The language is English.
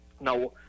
Now